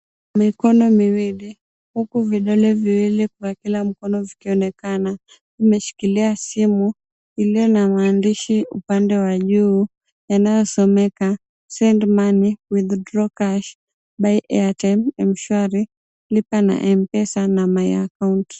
Mikono miwili, huku vidole viwili kwa kila mkono ikionekana. Vimeshikilia simu iliyo na maandishi upande wa juu inayosomeka, Send Money, Withdraw Cash, Buy Airtime, M-shwari, Lipa na M-pesa na My Account.